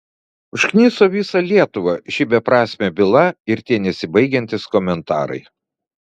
užkniso visą lietuvą ši beprasmė byla ir tie nesibaigiantys komentarai